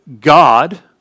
God